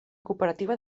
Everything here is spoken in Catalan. cooperativa